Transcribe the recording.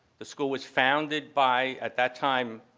the school was founded by, at that time,